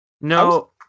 No